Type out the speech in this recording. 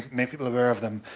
make people aware of them,